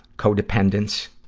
codependence,